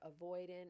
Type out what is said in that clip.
avoidant